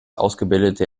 ausgebildete